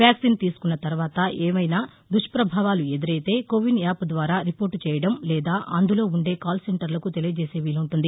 vaccine తీసుకున్న తర్వాత ఏవైనా దుప్పభావాలు ఎదురైతే కోవిన్ యాప్ ద్వారా రిపోర్ట్ చేయడం లేదా అందులో ఉండే కాల్ సెంటర్లకు తెలియజేసే వీలుంటుంది